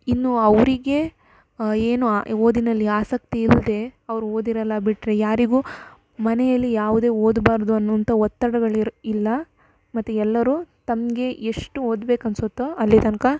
ಇನ್ನು ಅವರಿಗೆ ಏನು ಆ ಓದಿನಲ್ಲಿ ಆಸಕ್ತಿ ಇಲ್ಲದೆ ಅವರು ಓದಿರೋಲ್ಲ ಬಿಟ್ಟರೆ ಯಾರಿಗೂ ಮನೆಯಲ್ಲಿ ಯಾವುದೇ ಓದಬಾರ್ದು ಅನ್ನುವಂಥ ಒತ್ತಡಗಳು ಇರು ಇಲ್ಲ ಮತ್ತು ಎಲ್ಲರೂ ತಮಗೆ ಎಷ್ಟು ಓದಬೇಕನ್ಸುತ್ತೋ ಅಲ್ಲಿ ತನಕ